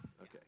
Okay